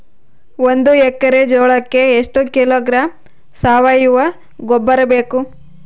ಒಂದು ಎಕ್ಕರೆ ಜೋಳಕ್ಕೆ ಎಷ್ಟು ಕಿಲೋಗ್ರಾಂ ಸಾವಯುವ ಗೊಬ್ಬರ ಬೇಕು?